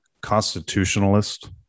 constitutionalist